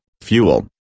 fuel